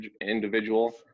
individual